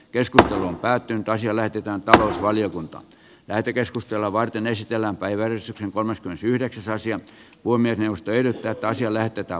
keskustelun päätyyn tai siellä ketään talousvaliokunta lähetekeskustelua varten esitellään päivällis ja kolmaskymmenesyhdeksäs asiat voimme tyydyttää asia lähetetään